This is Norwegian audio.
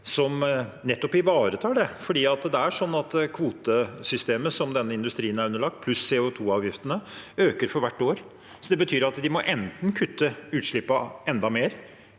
som nettopp ivaretar det, på grunn av kvotesystemet som denne industrien er underlagt, pluss CO2-avgiftene, som øker for hvert år. Det betyr at de må kutte utslipp, nettopp